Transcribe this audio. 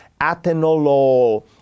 Atenolol